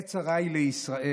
עת צרה היא לישראל,